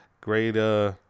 great